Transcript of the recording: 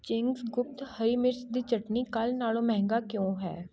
Ching's ਗੁਪਤ ਹਰੀ ਮਿਰਚ ਦੀ ਚਟਣੀ ਕੱਲ੍ਹ ਨਾਲੋਂ ਮਹਿੰਗਾ ਕਿਉਂ ਹੈ